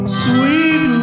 sweet